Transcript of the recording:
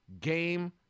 game